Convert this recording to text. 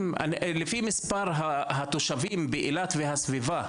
לפי מספר התושבים באילת והסביבה,